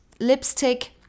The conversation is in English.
lipstick